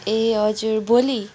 ए हजुर भोलि